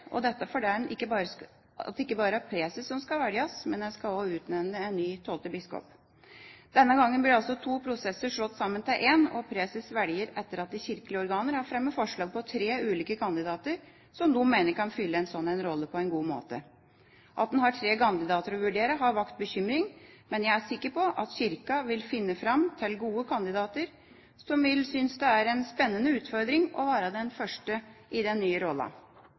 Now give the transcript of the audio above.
det ikke bare er preses som skal velges, men en skal også utnevne en ny, tolvte biskop. Denne gangen blir altså to prosesser slått sammen til én, og preses velges etter at de kirkelige organer har fremmet forslag om tre ulike kandidater som de mener kan fylle en slik rolle på en god måte. Det at en har tre kandidater å vurdere, har vakt bekymring, men jeg er sikker på at Kirka vil finne fram til gode kandidater, som vil synes det er en spennende utfordring å være den første i den nye